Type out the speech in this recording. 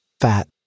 Fat